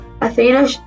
Athena